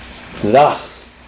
thus